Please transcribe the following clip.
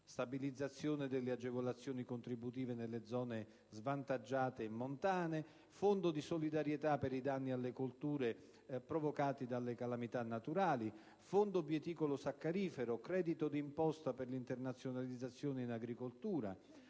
stabilizzazione delle agevolazioni contributive nelle zone svantaggiate e montane; Fondo di solidarietà per i danni alle colture provocati dalle calamità naturali; Fondo bieticolo-saccarifero; credito d'imposta per l'internalizzazione in agricoltura;